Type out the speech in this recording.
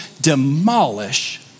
demolish